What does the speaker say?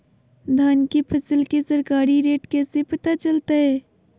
धान के फसल के सरकारी रेट कैसे पता चलताय?